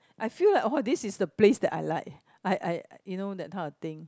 I feel like oh this is the place that I like I I you know that type of thing